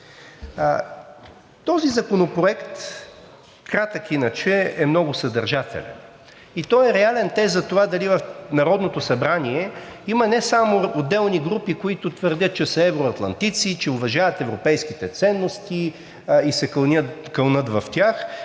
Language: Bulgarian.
законопроект иначе е много съдържателен. Той е реален тест за това дали в Народното събрание има не само отделни групи, които твърдят, че са евроатлантици, че уважават европейските ценности и се кълнат в тях,